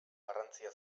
garrantzia